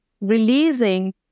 releasing